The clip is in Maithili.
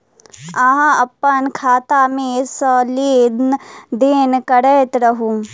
अहाँ अप्पन खाता मे सँ लेन देन करैत रहू?